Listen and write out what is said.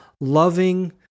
loving